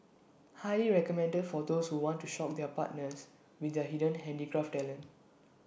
highly recommended for those who want to shock their partners with their hidden handicraft talent